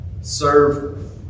serve